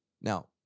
Now